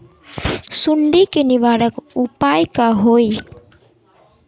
सुंडी के निवारक उपाय का होए?